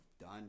done